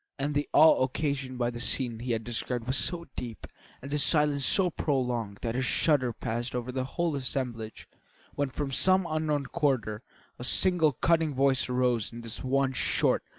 and the awe occasioned by the scene he had described was so deep and the silence so prolonged that a shudder passed over the whole assemblage when from some unknown quarter a single cutting voice arose in this one short,